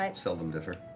um seldom differ.